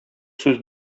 сүз